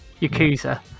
Yakuza